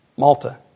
Malta